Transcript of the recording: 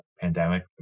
pandemic